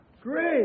Great